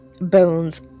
bones